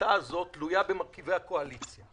וההחלטה הזאת תלויים במרכיבי הקואליציה.